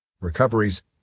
Recoveries